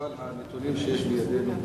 הנתונים שיש בידינו,